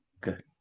good